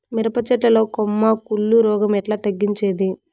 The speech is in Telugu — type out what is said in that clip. మిరప చెట్ల లో కొమ్మ కుళ్ళు రోగం ఎట్లా తగ్గించేది?